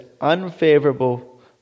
unfavorable